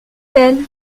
elle